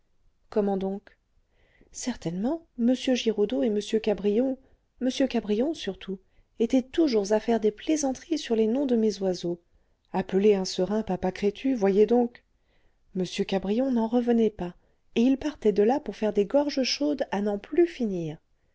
comment donc certainement m giraudeau et m cabrion m cabrion surtout étaient toujours à faire des plaisanteries sur les noms de mes oiseaux appeler un serin papa crétu voyez donc m cabrion n'en revenait pas et il partait de là pour faire des gorges chaudes à n'en plus finir